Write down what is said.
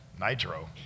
nitro